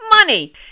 Money